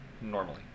normally